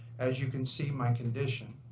as you can see my condition.